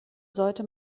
sollte